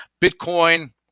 Bitcoin